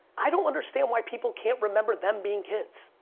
i don't understand why people can't remember them being kids.